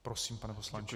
Prosím, pane poslanče.